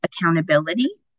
accountability